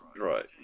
right